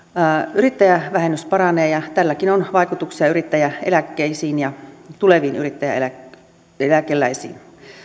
yrittäjävähennys paranee ja tälläkin on vaikutuksia yrittäjäeläkkeisiin ja tuleviin yrittäjäeläkeläisiin